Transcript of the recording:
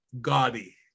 gaudy